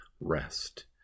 rest